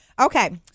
okay